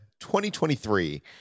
2023